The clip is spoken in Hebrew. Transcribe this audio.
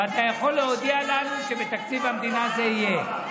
ואתה יכול להודיע לנו שבתקציב המדינה זה יהיה.